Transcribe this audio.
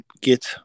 get